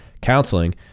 counseling